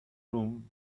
room